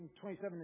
27